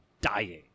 dying